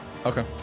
Okay